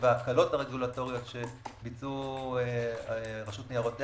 וההקלות הרגולטוריות שביצעו רשות ניירות ערך,